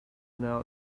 now